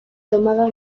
tomaba